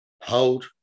Hold